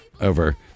over